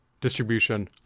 distribution